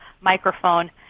microphone